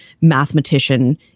mathematician